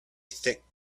thick